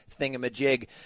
thingamajig